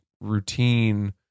routine